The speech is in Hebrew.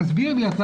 תסביר לי.